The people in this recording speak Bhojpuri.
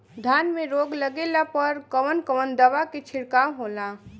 धान में रोग लगले पर कवन कवन दवा के छिड़काव होला?